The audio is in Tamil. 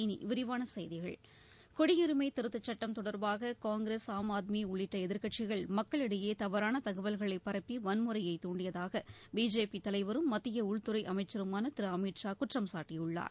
இனி விரிவான செய்திகள் குடியுரிமை திருத்தச் சுட்டம் தொடர்பாக காங்கிரஸ் ஆம் ஆத்மி உள்ளிட்ட எதிர்க்கட்சிகள் மக்களிடையே தவறான தகவல்களை பரப்பி வன்முறையை தாண்டியதாக பிஜேபி தலைவரும் மத்திய உள்துறை அமைச்சருமான திரு அமித் ஷா குற்றம்சாட்டியுள்ளார்